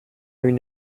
une